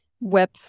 web